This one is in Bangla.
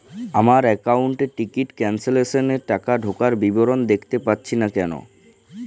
আমার একাউন্ট এ টিকিট ক্যান্সেলেশন এর টাকা ঢোকার বিবরণ দেখতে পাচ্ছি না কেন?